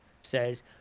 says